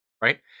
right